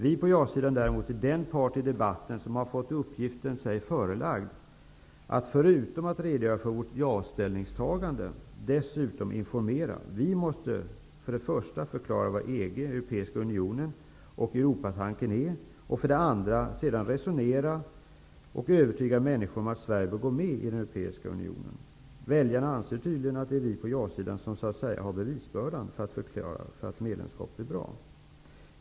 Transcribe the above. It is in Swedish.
Vi på ja-sidan tillhör däremot den part i debatten som har fått oss uppgiften förelagd att förutom att redogöra för vårt ja-ställningstagande dessutom informera. Vi måste för det första förklara vad EG, Europeiska unionen och Europatanken är, och för det andra sedan resonera och övertyga människor om att Sverige bör gå med i den europeiska unionen. Väljarna anser tydligen att det är vi på ja-sidan som så att säga har bevisbördan för att medlemskapet är bra.